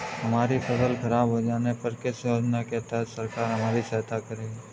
हमारी फसल खराब हो जाने पर किस योजना के तहत सरकार हमारी सहायता करेगी?